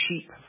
cheap